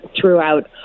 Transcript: throughout